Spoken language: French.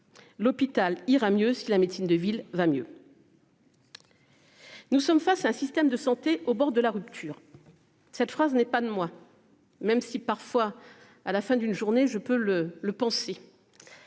L'hôpital ira mieux si la médecine de ville va mieux.-- Nous sommes face à un système de santé au bord de la rupture. Cette phrase n'est pas de moi, même si parfois à la fin d'une journée, je peux le le penser.